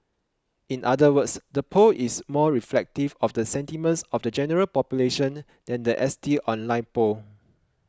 in other words the poll is more reflective of the sentiments of the general population than the S T online poll